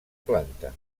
planta